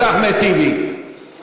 אנחנו מפלים את האתיופים או אתם?